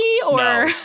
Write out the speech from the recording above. No